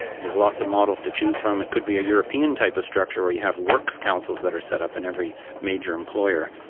and there are lots of models to choose from. it could be a european type of structure where you have works councils that are set up in every major employer,